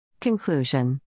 Conclusion